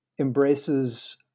embraces